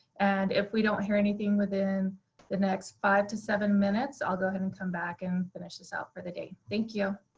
and if we don't hear anything within the next five to seven minutes, i'll go ahead and come back and finish this out for the day. thank you.